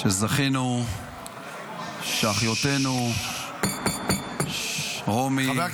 זכינו שאחיותינו רומי,